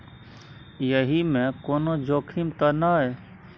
एहि मे कोनो जोखिम त नय?